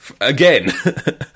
again